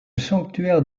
sanctuaire